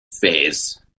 phase